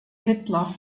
hitler